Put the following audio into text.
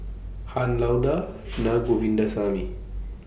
Han Lao DA Naa Govindasamy